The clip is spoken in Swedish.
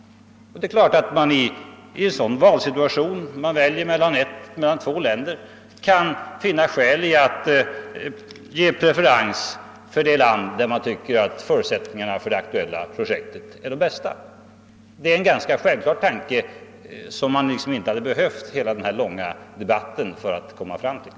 Det är klart att man i en sådan situation, då man väljer mellan två länder kan finna skäl att ge preferens till det land som har de bästa förutsättningarna för det aktuella projektet. Det är en ganska självklar tanke, som man inte hade behövt hela den här långa debatten för att komma fram till.